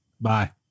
Bye